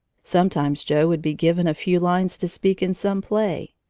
sometimes joe would be given a few lines to speak in some play.